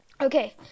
Okay